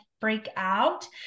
breakout